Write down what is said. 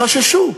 חששו.